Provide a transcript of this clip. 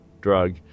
drug